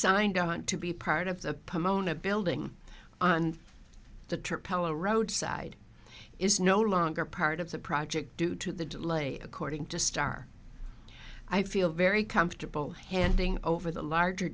signed on to be part of the pomona building on the trip ella roadside is no longer part of the project due to the delay according to starr i feel very comfortable handing over the larger